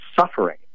suffering